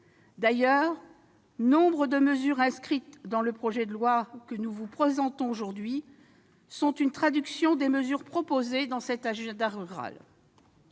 D'ailleurs, nombre de mesures inscrites dans le projet de loi que nous vous présentons aujourd'hui sont la traduction de mesures proposées dans cet agenda rural.